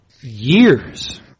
years